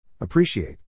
Appreciate